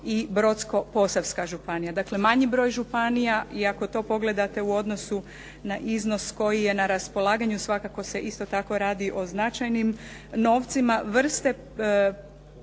i Brodsko-posavska županija. Dakle, manji broj županija i ako to pogledate u odnosu na iznos koji je na raspolaganju svakako se isto tako radi o značajnim novcima. Vrste